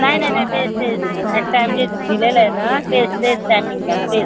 नाही नाही नाही तेच तेच ॲट टाएम जे दिलेलं आहे ना तेच तेच टायमिंगला तेच